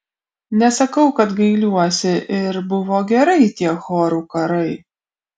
nesakau kad gailiuosi ir buvo gerai tie chorų karai